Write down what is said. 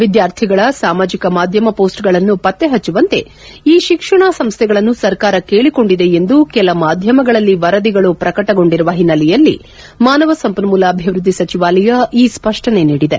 ವಿದ್ಯಾರ್ಥಿಗಳ ಸಾಮಾಜಿಕ ಮಾಧ್ಯಮ ಮೋಸ್ಟ್ಗಳನ್ನು ಪತ್ತೆ ಹಬ್ಬಿವಂತೆ ಈ ಶಿಕ್ಷಣ ಸಂಸ್ಥೆಗಳನ್ನು ಸರ್ಕಾರ ಕೇಳಿಕೊಂಡಿದೆ ಎಂದು ಕೆಲ ಮಾಧ್ಯಮಗಳಲ್ಲಿ ವರದಿಗಳು ಪ್ರಕಟಗೊಂಡಿರುವ ಹಿನ್ನೆಲೆಯಲ್ಲಿ ಮಾನವ ಸಂಪನ್ಮೂಲ ಅಭಿವೃದ್ಧಿ ಸಚಿವಾಲಯ ಈ ಸ್ಪಷ್ಟನೆ ನೀಡಿದೆ